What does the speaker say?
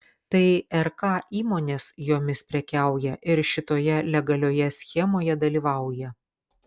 tai rk įmonės jomis prekiauja ir šitoje legalioje schemoje dalyvauja